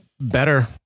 better